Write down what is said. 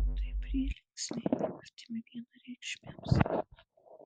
tai prielinksniai artimi vienareikšmiams